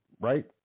Right